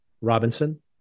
Robinson